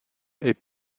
est